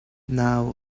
nau